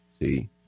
see